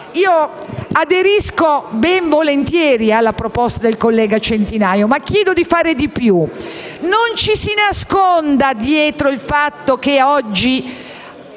quindi ben volentieri alla proposta del collega Centinaio ma chiedo di fare di più. Non ci si nasconda dietro al fatto che oggi